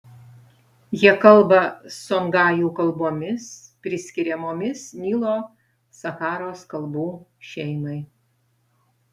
jie kalba songajų kalbomis priskiriamomis nilo sacharos kalbų šeimai